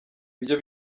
ibyo